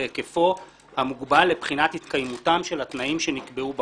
בהיקפו המוגבל לבחינת התקיימותם של התנאים שנקבעו בחוק,